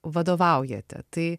vadovaujate tai